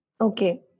Okay